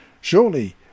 Surely